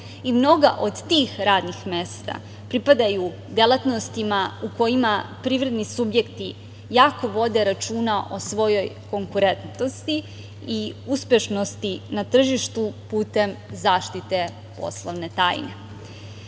I mnoga od tih radnih mesta pripadaju delatnostima u kojima privredni subjekti jako vode računa o svojoj konkurentnosti i uspešnosti na tržištu putem zaštite poslovne